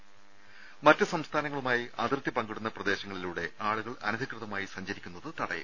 ത മറ്റ് സംസ്ഥാനങ്ങളുമായി അതിർത്തി പങ്കിടുന്ന പ്രദേശങ്ങളിലൂടെ ആളുകൾ അനധികൃതമായി സഞ്ചരിക്കുന്നത് തടയും